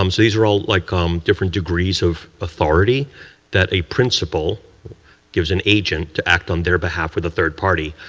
um these are all like um different degrees of authority that a principal gives an agent to act on their behalf with a third party,